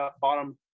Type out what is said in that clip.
bottom